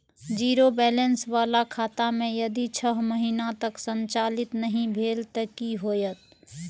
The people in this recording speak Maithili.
जीरो बैलेंस बाला खाता में यदि छः महीना तक संचालित नहीं भेल ते कि होयत?